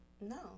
No